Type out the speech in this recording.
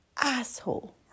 asshole